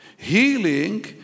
Healing